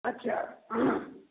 अच्छा